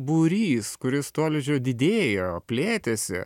būrys kuris tolydžio didėjo plėtėsi